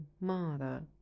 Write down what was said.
mother